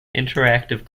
interactive